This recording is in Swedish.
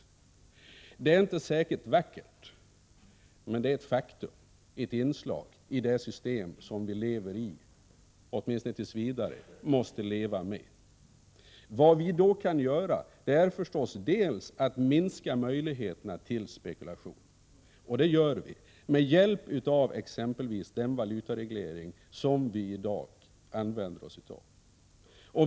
Detta är inte särskilt vackert, men det är ett faktum, ett inslag i det system som vi lever i och åtminstone tills vidare måste leva med. Vad vi då kan göra är förstås att minska möjligheterna till spekulation — och det gör vi med hjälp av exempelvis den valutareglering som vi i dag använder oss av.